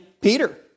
Peter